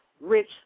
rich